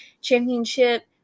championship